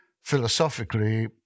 philosophically